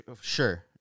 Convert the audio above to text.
Sure